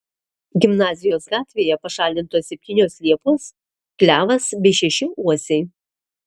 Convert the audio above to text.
gimnazijos gatvėje pašalintos septynios liepos klevas bei šeši uosiai